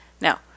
now